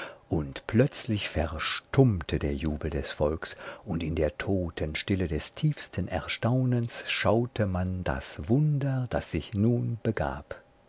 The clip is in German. und plötzlich verstummte der jubel des volks und in der totenstille des tiefsten erstaunens schaute man das wunder das sich nun begab